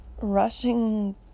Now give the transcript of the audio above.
rushing